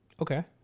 okay